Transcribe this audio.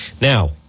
Now